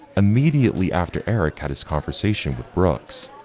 immediately after eric had his conversation with brooks.